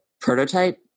prototype